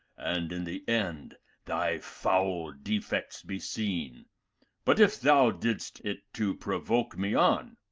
and in the end thy foul defects be seen but if thou didst it to provoke me on,